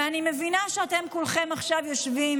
אני מבינה שאתם כולכם עכשיו יושבים,